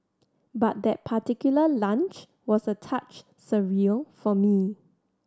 but that particular lunch was a touch surreal for me